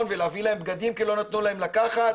ולהביא להם בגדים כי לא נתנו להם לקחת,